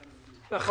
דיון.